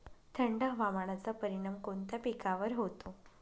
थंड हवामानाचा परिणाम कोणत्या पिकावर होतो?